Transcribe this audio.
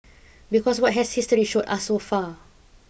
because what has history showed us so far